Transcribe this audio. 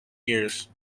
years